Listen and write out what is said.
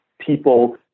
people